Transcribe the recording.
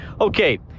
Okay